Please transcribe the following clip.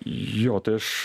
jo tai aš